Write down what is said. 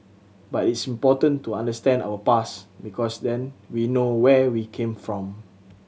but it's important to understand our past because then we know where we came from